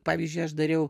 pavyzdžiui aš dariau